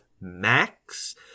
max